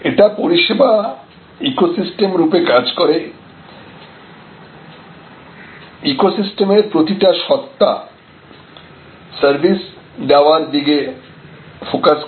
এটা পরিষেবা ইকোসিস্টেম রূপে কাজ করে ইকোসিস্টেমের প্রতিটা সত্তা সার্ভিস দেওয়ার দিকে ফোকাস করে